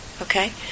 okay